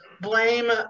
blame